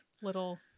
little